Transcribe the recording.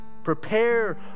Prepare